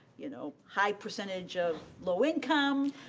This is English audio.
you know, high percentage of low-income,